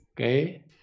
Okay